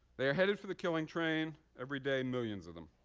they are headed for the killing train every day, millions of them.